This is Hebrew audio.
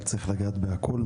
צריך לגעת בכל.